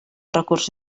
recurs